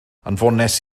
anfonais